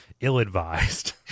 ill-advised